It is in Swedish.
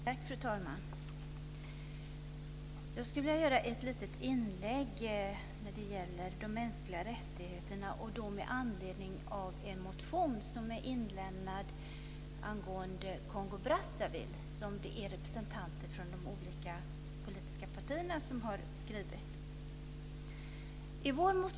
Fru talman! Jag skulle vilja göra ett litet inlägg när det gäller de mänskliga rättigheterna med anledning av en motion som är inlämnad angående Kongo Brazzaville. Det är representanter från de olika politiska partierna som har skrivit den.